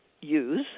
use